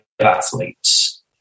athletes